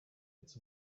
its